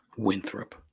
Winthrop